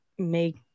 make